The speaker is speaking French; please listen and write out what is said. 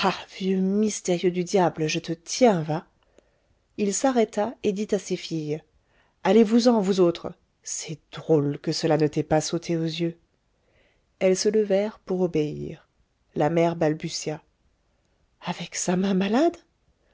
du diable je te tiens va il s'arrêta et dit à ses filles allez-vous-en vous autres c'est drôle que cela ne t'ait pas sauté aux yeux elles se levèrent pour obéir la mère balbutia avec sa main malade